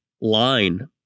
line